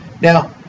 Now